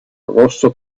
rosso